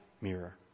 mirror